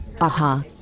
Aha